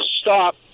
stop